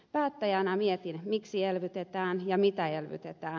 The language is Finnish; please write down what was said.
päättäjänä mietin miksi elvytetään ja mitä elvytetään